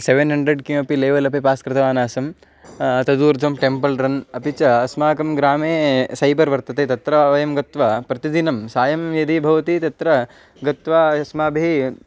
seven hundred किमपि level अपि pass कृतवान् आसम् तदूर्ध्वं टेम्पल् रन् अपि च अस्माकं ग्रामे सैबर् वर्तते तत्र वयं गत्वा प्रतिदिनं सायं यदि भवति तत्र गत्वा यस्माभिः